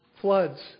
floods